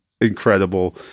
incredible